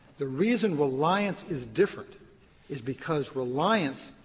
the reason reliance is different is because reliance,